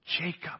Jacob